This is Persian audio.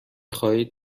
خواهید